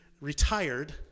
retired